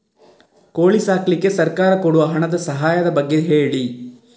ಕೋಳಿ ಸಾಕ್ಲಿಕ್ಕೆ ಸರ್ಕಾರ ಕೊಡುವ ಹಣದ ಸಹಾಯದ ಬಗ್ಗೆ ಹೇಳಿ